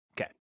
Okay